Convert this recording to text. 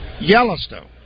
yellowstone